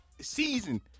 season